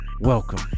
welcome